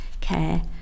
Care